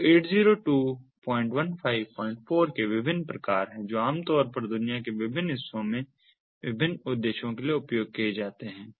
तो ये 802154 के विभिन्न प्रकार हैं जो आमतौर पर दुनिया के विभिन्न हिस्सों में विभिन्न उद्देश्यों के लिए उपयोग किए जाते हैं